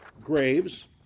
graves